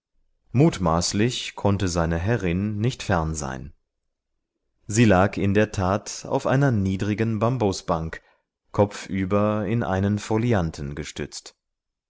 mutmaßlich konnte seine herrin nicht fern sein sie lag in der tat auf einer niedrigen bambusbank kopfüber in einen folianten gestürzt